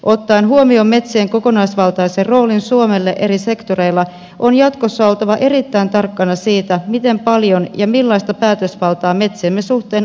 ottaen huomioon metsien kokonaisvaltaisen roolin suomelle eri sektoreilla on jatkossa oltava erittäin tarkkana siitä miten paljon ja millaista päätösvaltaa metsiemme suhteen annamme eulle